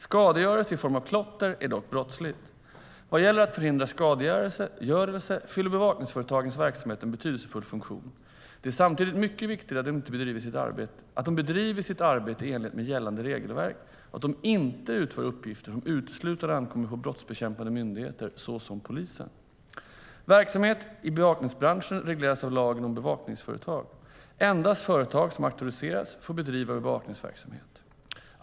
Skadegörelse i form av klotter är dock brottsligt. Vad gäller att förhindra skadegörelse fyller bevakningsföretagens verksamhet en betydelsefull funktion. Det är samtidigt mycket viktigt att de bedriver sitt arbete i enlighet med gällande regelverk och att de inte utför uppgifter som uteslutande ankommer på brottsbekämpande myndigheter, såsom polisen. Verksamhet i bevakningsbranschen regleras av lagen om bevakningsföretag. Endast företag som har auktoriserats får bedriva bevakningsverksamhet.